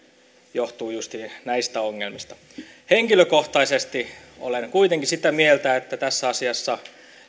johtuu justiin näistä ongelmista henkilökohtaisesti olen kuitenkin sitä mieltä että tässä asiassa